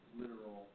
literal